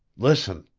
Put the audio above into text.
listen!